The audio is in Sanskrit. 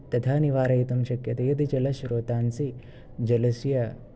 तथा निवारयितुं शक्यते यदि जलस्रोतांसि जलस्य